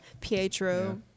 Pietro